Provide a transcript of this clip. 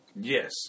Yes